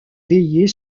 veiller